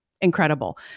incredible